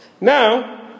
Now